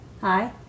Hi